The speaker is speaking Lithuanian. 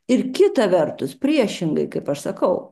ir kita vertus priešingai kaip aš sakau